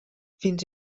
fins